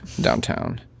downtown